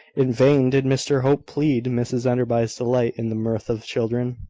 in vain did mr hope plead mrs enderby's delight in the mirth of children,